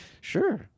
Sure